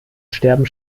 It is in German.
sterben